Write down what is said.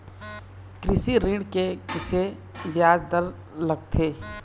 कृषि ऋण के किसे ब्याज दर लगथे?